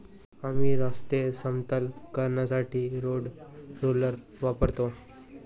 आम्ही रस्ते समतल करण्यासाठी रोड रोलर वापरतो